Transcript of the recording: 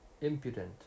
Impudent